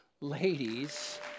ladies